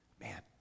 Man